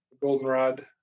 goldenrod